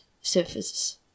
surfaces